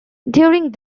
during